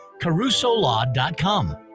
carusolaw.com